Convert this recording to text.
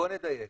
בוא נדייק.